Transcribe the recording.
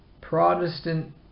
Protestant